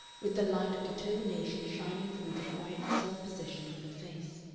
with the light of determination shining through the quiet self-possession of her face.